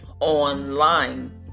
online